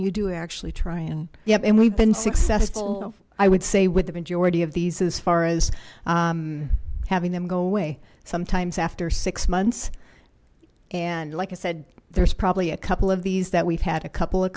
you do actually try and yep and we've been successful i would say with the majority of these as far as having them go away sometimes after six months and like i said there's probably a couple of these that we've had a couple of